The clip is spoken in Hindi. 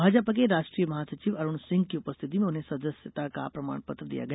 भाजपा के राष्ट्रीय महासचिव अरुण सिंह की उपस्थिति में उन्हें सदस्यता का प्रमाणपत्र दिया गया